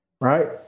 right